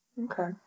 Okay